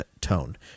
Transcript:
tone